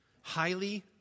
highly